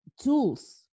tools